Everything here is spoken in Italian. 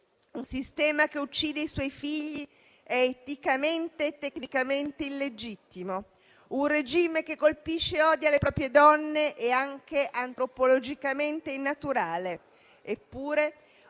Un sistema che uccide i suoi figli è eticamente e tecnicamente illegittimo. Un regime che colpisce e odia le proprie donne è anche antropologicamente innaturale.